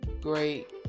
great